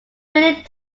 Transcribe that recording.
really